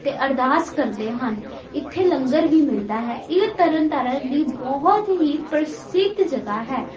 ਅਤੇ ਅਰਦਾਸ ਕਰਦੇ ਹਨ ਇੱਥੇ ਲੰਗਰ ਵੀ ਮਿਲਦਾ ਹੈ ਇਹ ਤਰਨ ਤਾਰਨ ਦੀ ਬਹੁਤ ਹੀ ਪ੍ਰਸਿੱਧ ਜਗ੍ਹਾ ਹੈ